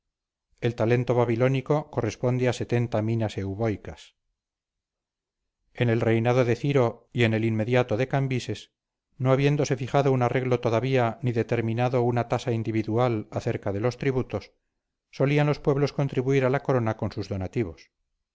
el talento babilónico corresponde a minas euboicas en el reinado de ciro y en el inmediato de cambises no habiéndose fijado un arreglo todavía ni determinado una tasa individual acerca de los tributos solían los pueblos contribuir a la corona con sus donativos